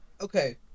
Okay